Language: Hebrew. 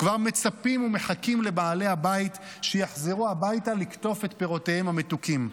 כבר מצפים ומחכים לבעלי הבית שיחזרו הביתה לקטוף את פירותיהם המתוקים.